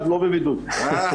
רואה.